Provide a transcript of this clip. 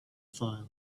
file